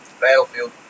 Battlefield